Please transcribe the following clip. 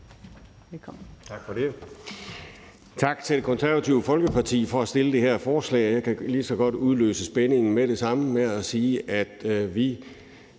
(V): Tak for det. Tak til Det Konservative Folkeparti for at fremsætte det her forslag. Jeg kan lige så godt udløse spændingen med det samme ved at sige, at vi